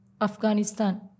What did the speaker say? Afghanistan